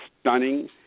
stunning